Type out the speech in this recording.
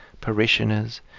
parishioners